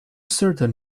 certain